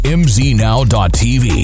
mznow.tv